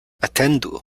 atendu